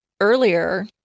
earlier